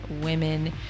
women